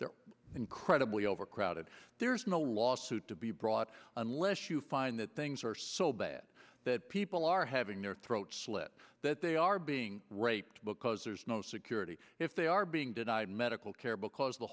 they're incredibly overcrowded there's no lawsuit to be brought unless you find that things are so bad that people are having their throats slit that they are being raped because there's no security if they are being denied medical care because the